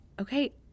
okay